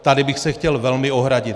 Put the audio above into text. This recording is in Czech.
Tady bych se chtěl velmi ohradit.